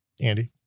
Andy